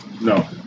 No